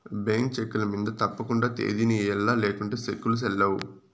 bank చెక్కుల మింద తప్పకండా తేదీని ఎయ్యల్ల లేకుంటే సెక్కులు సెల్లవ్